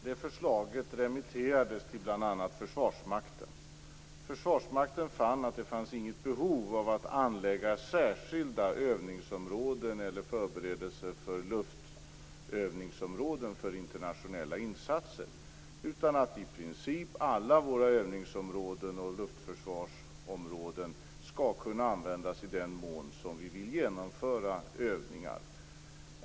Herr talman! Detta förslag remitterades till bl.a. Försvarsmakten. Försvarsmakten fann att det inte fanns något behov av att anlägga särskilda övningsområden eller av förberedelser för luftövningsområden för internationella insatser, utan att i princip alla våra övningsområden och luftförsvarsområden skall kunna användas i den mån som vi vill genomföra övningar.